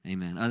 Amen